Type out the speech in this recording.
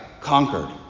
conquered